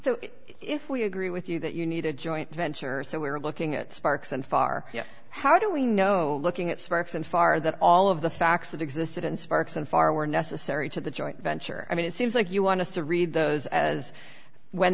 so if we agree with you that you need a joint venture so we're looking at sparks and far how do we know looking at sparks and far that all of the facts that existed in sparks and far were necessary to the joint venture i mean it seems like you want to read those as when